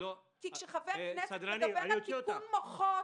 כי כשחבר כנסת מדבר על תיקון מוחות,